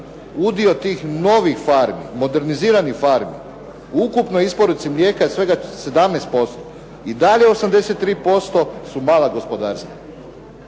Udio tih novih farmi, moderniziranih farmi u ukupnoj isporuci mlijeka je svega 17%. I dalje 83% su mala gospodarstva.